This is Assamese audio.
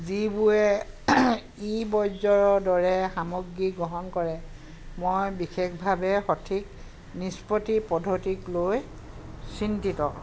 যিবোৰে ই বৰ্জ্যৰ দৰে সামগ্ৰী গ্ৰহণ কৰে মই বিশেষভাৱে সঠিক নিষ্পত্তি পদ্ধতিক লৈ চিন্তিত